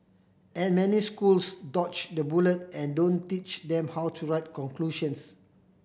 and many schools dodge the bullet and don't teach them how to write conclusions